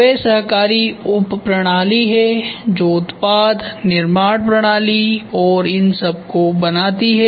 वे सहकारी उप प्रणाली हैं जो उत्पाद निर्माण प्रणाली और इन सब को बनाती हैं